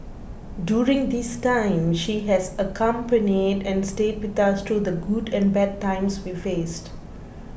during this time she has accompanied and stayed with us through the good and bad times we faced